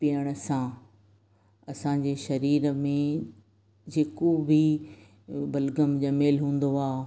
पीअण सां असांजे शरीर में जेको बि जमियल बलगम हूंदो आहे